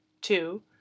two